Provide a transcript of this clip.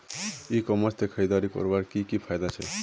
ई commerce से खरीदारी करवार की की फायदा छे?